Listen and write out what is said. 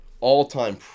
all-time